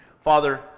Father